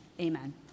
Amen